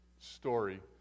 story